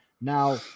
Now